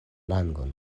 langon